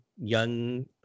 young